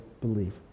believe